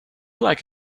like